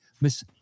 Miss